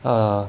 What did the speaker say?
err